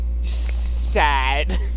sad